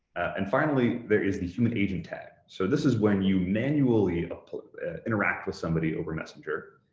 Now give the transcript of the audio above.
and finally, there is the human agent tag. so this is when you manually interact with somebody over messenger,